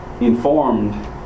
Informed